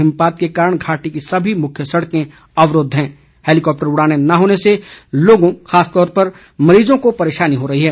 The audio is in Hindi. हिमपात के कारण घाटी की सभी मुख्य सड़कें अवरूद्व हैं और हैलीकॉप्टर उड़ाने न होने से लोगों खासतौर पर मरीजों को परेशानी हो रही है